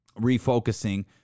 Refocusing